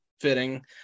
fitting